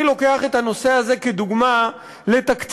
אני לוקח את הנושא הזה כדוגמה לתקציב